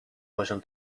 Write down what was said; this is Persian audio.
پاشم